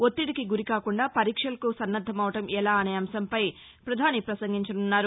ఒత్తిదికి గురికాకుండా పరీక్షలకు సన్నద్దమవడం ఎలా అనే అంశంపై పధాని ప్రసంగించనున్నారు